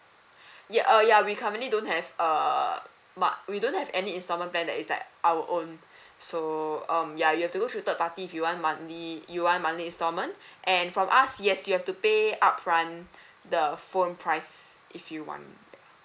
err ya we currently don't have uh we don't have any instalment plan that is like our own so um ya you have to go through third party if you want monthly you want monthly instalment and from us yes you have to pay upfront the phone price if you want